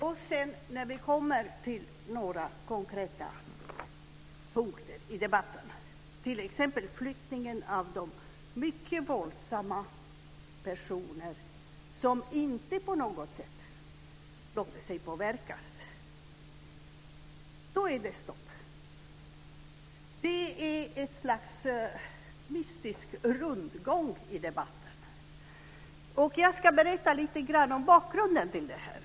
När vi sedan kommer till några konkreta punkter i debatten, t.ex. flyttningen av de mycket våldsamma personer som inte på något sätt låter sig påverkas, är det stopp. Det är ett slags mystisk rundgång i debatten. Jag ska berätta lite grann om bakgrunden till det här.